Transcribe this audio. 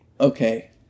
okay